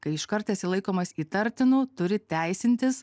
kai iškart esi laikomas įtartinu turi teisintis